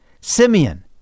Simeon